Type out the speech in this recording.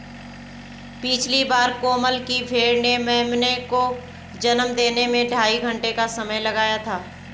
पिछली बार कोमल की भेड़ ने मेमने को जन्म देने में ढाई घंटे का समय लगाया था